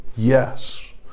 Yes